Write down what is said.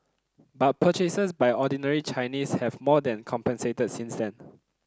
but purchases by ordinary Chinese have more than compensated since then